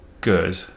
good